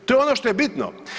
To je ono što je bitno.